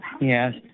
Yes